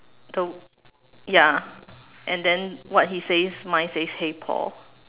the ya and then what he says mine says hey Paul